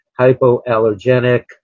hypoallergenic